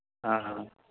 ᱦᱮᱸ